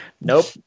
nope